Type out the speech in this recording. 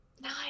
Nice